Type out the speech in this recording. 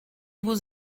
vos